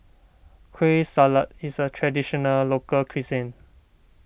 Kueh Salat is a Traditional Local Cuisine